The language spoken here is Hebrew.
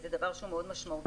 זה דבר שהוא מאוד משמעותי.